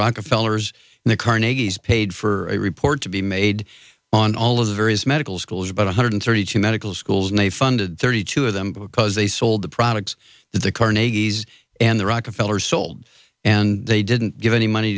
rockefeller's and the carnegie's paid for a report to be made on all of the various medical schools about one hundred thirty two medical schools and they funded thirty two of them because they sold the products that the carnegie's and the rockefeller's sold and they didn't give any money